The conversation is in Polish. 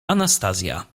anastazja